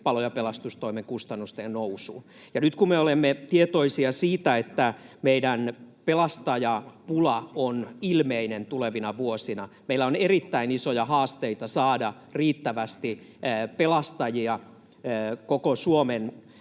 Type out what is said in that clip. palo- ja pelastustoimen kustannusten nousuun. Nyt kun me olemme tietoisia siitä, että meidän pelastajapula on ilmeinen tulevina vuosina — meillä on erittäin isoja haasteita saada riittävästi pelastajia koko Suomeen